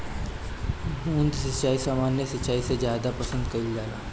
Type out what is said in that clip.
बूंद सिंचाई सामान्य सिंचाई से ज्यादा पसंद कईल जाला